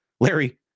Larry